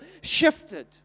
shifted